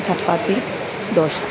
chapati dosa